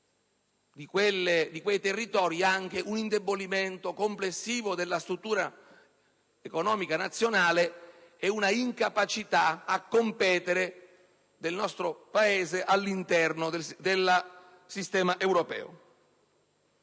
di quei territori, anche un indebolimento complessivo della struttura economica nazionale ed un'incapacità a competere del nostro Paese all'interno del sistema europeo.